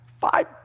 Five